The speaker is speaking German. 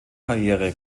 karriere